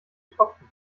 tropfen